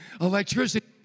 electricity